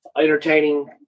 Entertaining